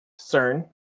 CERN